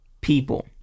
people